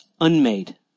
unmade